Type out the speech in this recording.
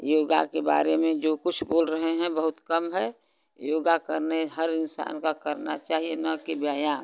योग के बारे में जो कुछ बोल रहे हैं बहुत कम है योग करने हर इंसान का करना चाहिए न कि व्यायाम